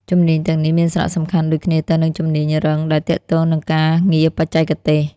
ជំនាញទាំងនេះមានសារៈសំខាន់ដូចគ្នាទៅនឹងជំនាញរឹងដែលទាក់ទងនឹងការងារបច្ចេកទេស។